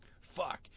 Fuck